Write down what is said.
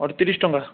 ଅଠତିରିଶ ଟଙ୍କା